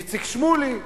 איציק שמולי,